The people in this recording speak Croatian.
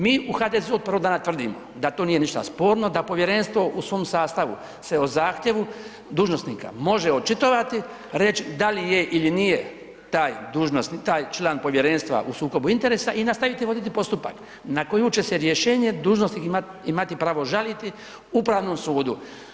Mi od HDZ-a od prvog dana tvrdimo da to nije ništa sporno, da Povjerenstvo u svom sastavu se o zahtjevu dužnosnika može očitovati, reći da li je ili nije taj dužnosnik, taj član Povjerenstva u sukobu interesa i nastaviti voditi postupak, na koju će se rješenje dužnosnik imati pravo žaliti Upravnom sudu.